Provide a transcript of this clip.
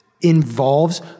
Involves